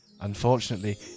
Unfortunately